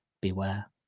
beware